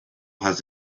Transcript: has